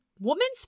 woman's